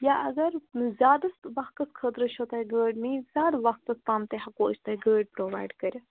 یا اگر زیادَس وقتَس خٲطرٕ چھو تۄہہِ گٲڑۍ نِنۍ زیادٕ وقتَس تام تہِ ہٮ۪کو أسۍ تۄہہِ گٲڑۍ پرٛوٚوایِڈ کٔرِتھ